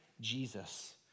Jesus